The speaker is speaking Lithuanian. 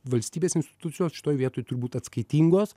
valstybės institucijos šitoj vietoj turi būt atskaitingos